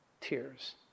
tears